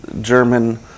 German